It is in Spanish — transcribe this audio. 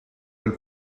del